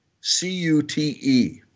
C-U-T-E